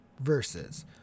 versus